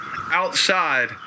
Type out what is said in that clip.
outside